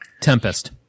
Tempest